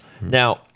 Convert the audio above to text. Now